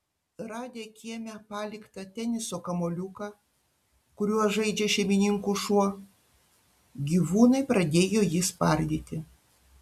radę kieme paliktą teniso kamuoliuką kuriuo žaidžia šeimininkų šuo gyvūnai pradėjo jį spardyti